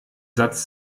satz